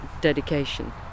dedication